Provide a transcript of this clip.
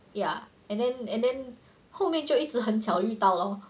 ya and then and then 后面就一直很巧遇到 lor